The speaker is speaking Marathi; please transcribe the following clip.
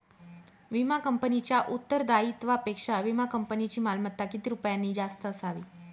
विमा कंपनीच्या उत्तरदायित्वापेक्षा विमा कंपनीची मालमत्ता किती रुपयांनी जास्त असावी?